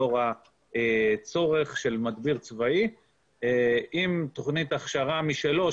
לאור הצורך של מדביר צבאי עם תוכנית הכשרה משלו,